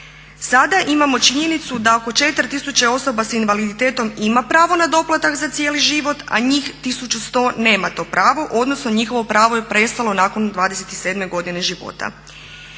Sada imamo činjenicu da oko 4000 osoba sa invaliditetom ima pravo na doplatak za cijeli život, a njih 1100 nema to pravo, odnosno njihovo pravo je prestalo nakon 27 godine života.